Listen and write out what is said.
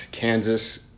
Kansas